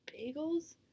bagels